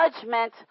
judgment